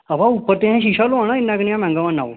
अवा उप्पर ते असें शीशा लोआना इन्ना कनेहा मैंहगा बनना ओह्